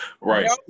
Right